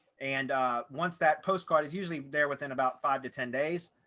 and once that postcard is usually there within about five to ten days.